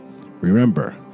Remember